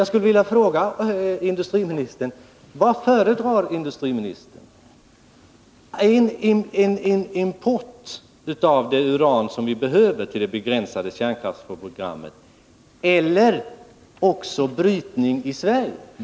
Jag skulle vilja fråga industriministern vad han föredrar: import av det uran som vi behöver till det begränsade kärnkraftsprogrammet eller dessutom också brytning i Sverige?